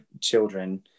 children